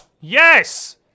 yes